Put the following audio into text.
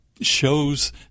shows